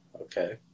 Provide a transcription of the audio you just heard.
okay